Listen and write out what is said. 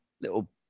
little